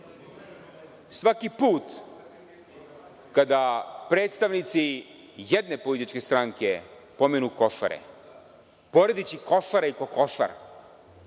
put kada predstavnici jedne političke stranke pomenu Košare poredeći Košare i kokošare